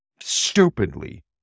stupidly